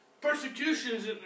persecutions